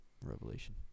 Revelation